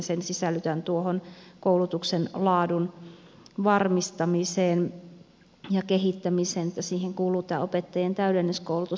sen sisällytän tuohon koulutuksen laadun varmistamiseen ja kehittämiseen että siihen kuuluu tämä opettajien täydennyskoulutus